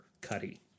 Cuddy